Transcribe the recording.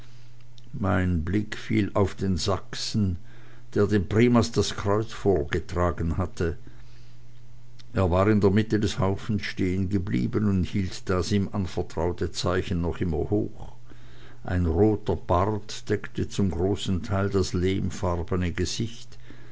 mein blick fiel auf den sachsen der dem primas das kreuz vorgetragen hatte er war in der mitte des haufens stehengeblieben und hielt das ihm anvertraute zeichen noch immer hoch ein roter bart deckte zum großen teil das lehmfarbene gesicht